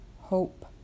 hope